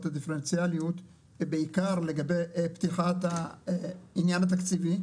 את הדיפרנציאליות ובעיקר לגבי פתיחת העניין התקציבי,